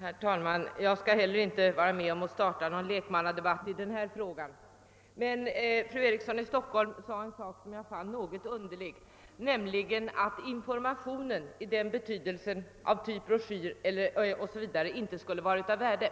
Herr talman! Jag skall inte heller vara med om att starta någon lekmannadebatt i denna fråga, men fru Eriksson i Stockholm sade en sak som jag fann något underlig, nämligen att information av typ broschyrer inte skulle vara av värde.